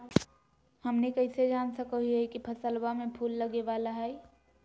हमनी कइसे जान सको हीयइ की फसलबा में फूल लगे वाला हइ?